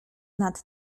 nad